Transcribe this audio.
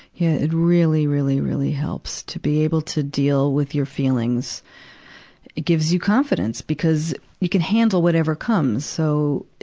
yeah, it really, really, really helps to be able to deal with your feelings. it gives you confidence because you can handle whatever comes. so,